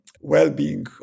well-being